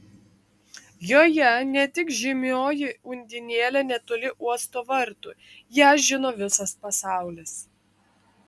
joje ne tik žymioji undinėlė netoli uosto vartų ją žino visas pasaulis